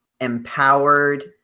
empowered